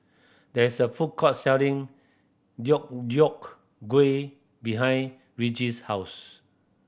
there is a food court selling Deodeok Gui behind Regis' house